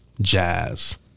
jazz